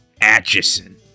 Atchison